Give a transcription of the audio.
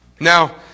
Now